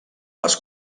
les